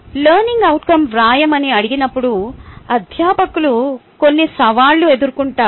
learning outcome వ్రాయమని అడిగినప్పుడు అధ్యాపకులు కొన్ని సవాళ్లను ఎదుర్కొంటారు